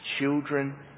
children